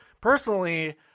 Personally